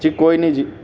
جی کوئی نہیں جی